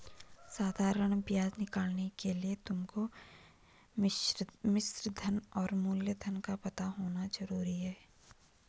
साधारण ब्याज निकालने के लिए तुमको मिश्रधन और मूलधन का पता होना भी जरूरी है